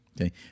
Okay